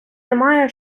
нема